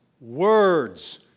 words